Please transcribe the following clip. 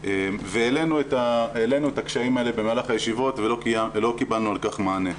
והעלינו את הקשיים האלה במהלך הישיבות ולא קיבלנו על כך מענה.